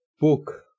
book